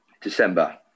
December